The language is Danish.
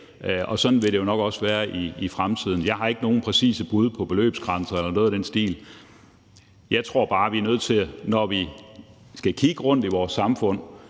og sådan vil det jo nok også være i fremtiden. Jeg har ikke nogen præcise bud på beløbsgrænser eller noget i den stil. Jeg tror bare, at vi er nødt til at sige – når vi kan kigge rundt i vores samfund